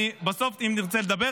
בסוף אם נרצה לדבר,